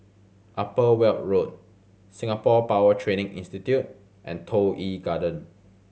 Upper Weld Road Singapore Power Training Institute and Toh Yi Garden